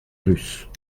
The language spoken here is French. russe